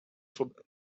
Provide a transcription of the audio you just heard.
from